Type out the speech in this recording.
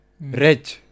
Red